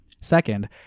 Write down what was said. second